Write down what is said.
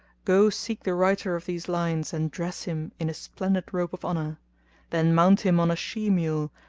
go seek the writer of these lines and dress him in a splendid robe of honour then mount him on a she mule,